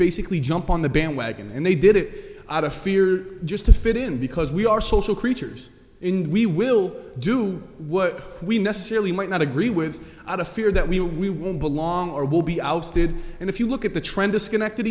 basically jump on the bandwagon and they did it out of fear just to fit in because we are social creatures in we will do what we necessarily might not agree with out of fear that we will we won't belong or will be ousted and if you look at the trend of schenect